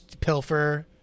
pilfer